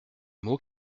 mots